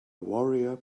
warrior